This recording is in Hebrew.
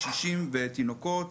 קשישים ותינוקות.